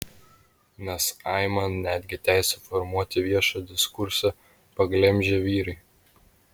nes aiman netgi teisę formuoti viešą diskursą paglemžė vyrai